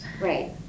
right